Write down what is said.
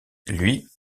lui